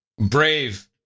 Brave